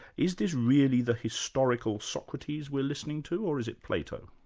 is this really the historical socrates we're listening to or is it plato?